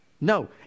no